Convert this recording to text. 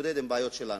ונתמודד עם הבעיות שלנו.